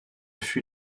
fut